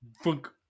funk